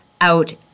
out